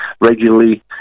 regularly